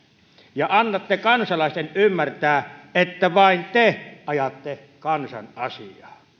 ja annatte kansalaisten ymmärtää että vain te ajatte kansan asiaa